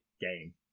game